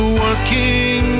working